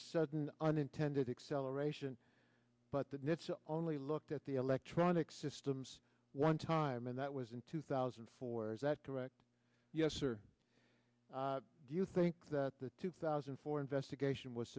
sudden unintended acceleration but then it's only looked at the electronic systems one time and that was in two thousand and four is that correct yes or do you think that the two thousand and four investigation was